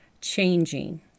changing